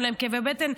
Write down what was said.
אין להם כאבי בטן,